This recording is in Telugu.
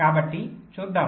కాబట్టి చూద్దాం